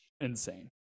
Insane